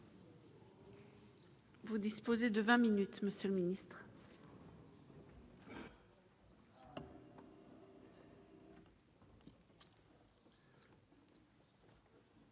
Vous disposez de vingt minutes Monsieur le Ministre.